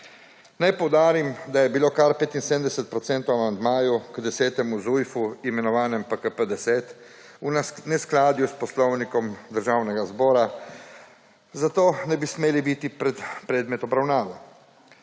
Naj poudarim, da je bilo kar 75 % amandmajev k 10. ZUJF-u, imenovanem PKP10, v neskladju s Poslovnikom Državnega zbora, zato nebi smeli biti predmet obravnave.